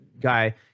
guy